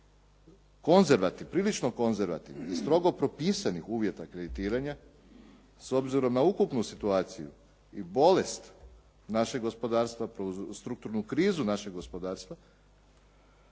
zbog prilično konzervativnih i strogo propisanih uvjeta kreditiranja, s obzirom da ukupnu situaciju i bolest našeg gospodarstva strukturnu krizu našeg gospodarstva